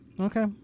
Okay